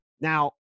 Now